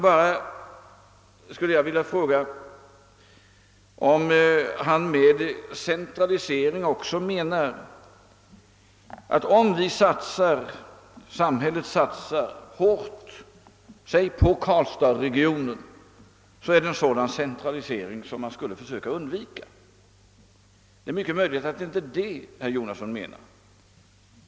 Jag skulle vilja fråga, om herr Jonasson också menar att om samhället satsar hårt på t.ex. karlstadsregionen så är det en sådan centralisering som man skall försöka undvika. Det är möjligt att det inte är vad herr Jonasson menar.